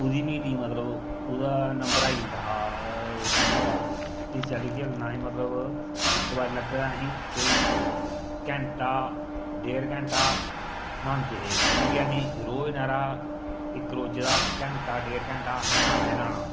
ओह्दी मीह्टी मतलब ओह्दा नंबर आई जंदा हा छूह्ने दा इस चाल्ली खेलना मतलब इक्क बारी लग्गे दा हा अहीं कोई घैंटा डेढ़ घैंटा न्हांदे हे यानि कि अहीं रोज नैह्रा इक रोजै दा घैंटा डेढ़ घैंटा असें न्हाना ई न्हाना